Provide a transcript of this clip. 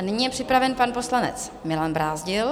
Nyní je připraven pan poslanec Milan Brázdil.